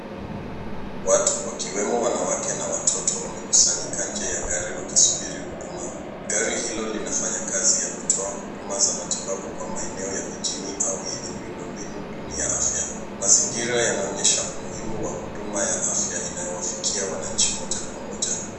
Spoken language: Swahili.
Watu wakwemo watoto na wanawake wakikusanyika nje ya gari wakisubiri huduma. Gari hilo linafanya kazi ya kutoa huduma za matibabu kwa eneo ya vijini au yenye mbinu duni ya afya. Mazingira yanaonyesha umuhimu wa huduma za afya inayowafikia wananchi moja kwa moja.